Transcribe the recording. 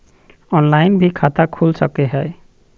Online भी खाता खूल सके हय?